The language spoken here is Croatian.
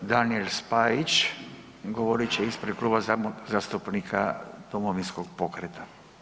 G. Danijel Spajić govorit će ispred Kluba zastupnika Domovinskog pokreta.